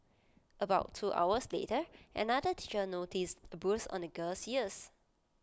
about two hours later another teacher noticed A bruise on the girl's ears